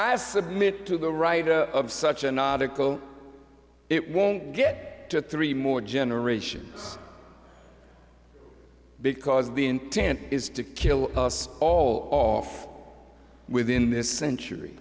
i submit to the writer of such an article it won't get to three more generation because the intent is to kill all of within this century